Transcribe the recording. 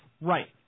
Right